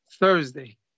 Thursday